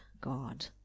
god